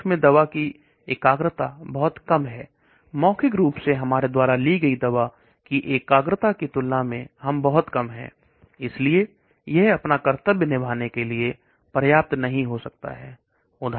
लक्ष्मी दवा की एकाग्रता बहुत कम है मौखिक रूप से हमारे लिए यह पर्याप्त नहीं हो सकता